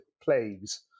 plagues